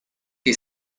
que